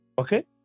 Okay